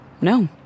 No